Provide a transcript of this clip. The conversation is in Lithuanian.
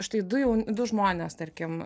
štai du jau du žmonės tarkim